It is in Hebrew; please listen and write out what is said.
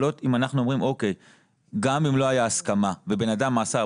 אם אנחנו אומרים שגם אם לא הייתה הסכמה ובן אדם עשה,